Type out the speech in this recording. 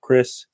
Chris